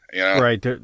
right